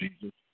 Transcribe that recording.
Jesus